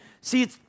See